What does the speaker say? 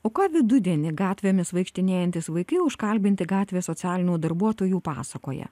o ką vidudienį gatvėmis vaikštinėjantys vaikai užkalbinti gatvėje socialinių darbuotojų pasakoja